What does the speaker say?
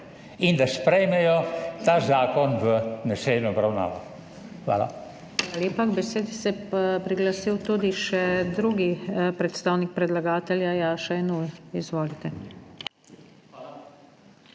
in da sprejmejo ta zakon v naslednjo obravnavo. Hvala.